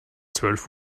zwölf